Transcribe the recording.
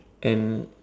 and